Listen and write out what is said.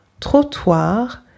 trottoir